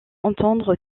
entendre